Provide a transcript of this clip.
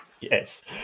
Yes